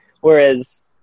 whereas